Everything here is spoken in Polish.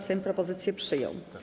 Sejm propozycję przyjął.